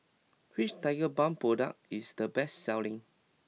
which Tigerbalm product is the best selling